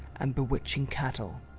and bewitching cattle,